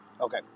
Okay